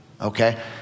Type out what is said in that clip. Okay